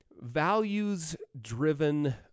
Values-driven